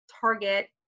target